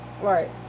right